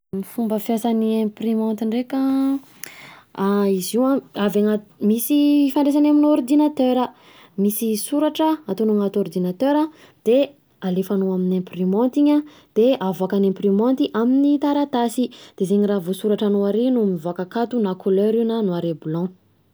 Ny fomba fiasan'ny imprimante ndreka an, izy io an avy anaty, misy ifandraisany amin'ny ordinateura, misy soratra ataonao anaty ordinateura, de alefanao amin'ny imprimante iny an, de avoakan'ny imprimanty amin'ny taratasy de zegny raha voasoratra anao ary no mivoaka akato na couleur io na noir et blanc.